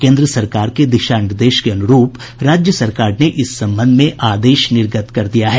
केंद्र सरकार के दिशा निर्देश के अनुरूप राज्य सरकार ने इस संबंध में आदेश निर्गत कर दिया है